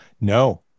No